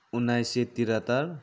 उन्नाइस सय त्रिहत्तर